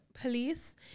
police